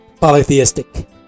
polytheistic